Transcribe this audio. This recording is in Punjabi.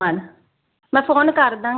ਹਾਂ ਮੈਂ ਫੋਨ ਕਰਦਾ